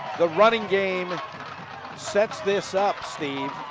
the running game sets this up, steve,